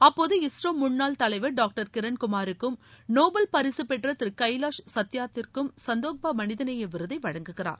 அப்போது இஸ்ரோ முன்னாள் தலைவர் டாக்டர் கிரண் குமாருக்கும் நோபள் பரிசுப்பெற்ற திரு கைலாஷ் சத்யார்த்திக்கும் சந்தோக்பா மனிதநேய விருதை வழங்குகிறார்